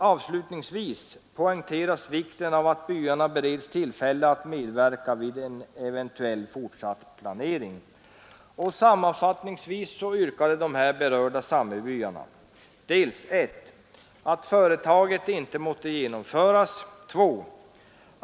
Avslutningsvis poängteras vikten av att byarna bereds tillfälle att medverka vid en eventuellt fortsatt planering. Sammanfattningsvis yrkar de berörda samebyarna: 1. Att företaget inte måtte genomföras. 2.